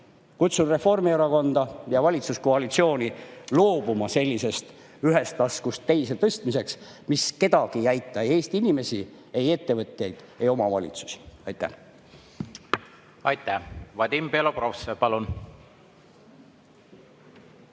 Kutsun Reformierakonda ja valitsuskoalitsiooni üles loobuma sellisest ühest taskust teise tõstmisest, mis kedagi ei aita – ei Eesti inimesi, ei ettevõtjaid ega omavalitsusi. Aitäh! Aitäh! Vadim Belobrovtsev, palun!